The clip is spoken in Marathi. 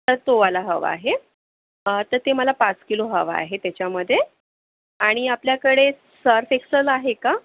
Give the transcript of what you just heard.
तर तो वाला हवा आहे तर ते मला पाच किलो हवा आहे त्याच्यामध्ये आणि आपल्याकडे सर्फ एक्सल आहे का